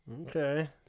Okay